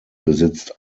besitzt